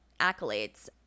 accolades